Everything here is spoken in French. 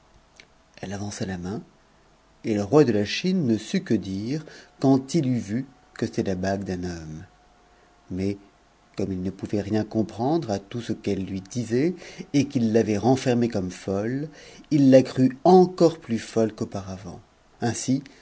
elle avança la main et le roi de la chine ne sut que tire qnmd il eut vu que c'était la bague d'un homme mais comme h ne pouvait rien comprendre à tout ce qu'elle lui disait et qu'il l'avait renfer c comme folle il la crut encore plus folle qu'auparavant ainsi